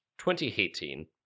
2018